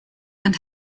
and